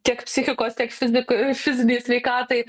tiek psichikos tiek fizikai fizinei sveikatai